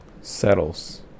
settles